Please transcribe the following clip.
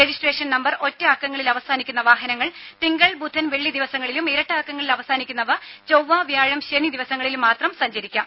registration number ഒറ്റ അക്കങ്ങളിൽ അവസാനിക്കുന്ന വാഹനങ്ങൾ തിങ്കൾ ബുധൻ വെള്ളി ദിവസങ്ങളിലും ഇരട്ട അക്കങ്ങളിൽ അവസാനിക്കുന്നവ ചൊവ്വ വ്യാഴം ശനി ദിവസങ്ങളിലും മാത്രം സഞ്ചരിക്കാം